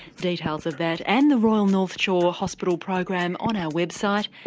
details of that and the royal north shore hospital program on our website.